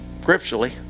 scripturally